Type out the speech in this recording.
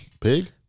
Pig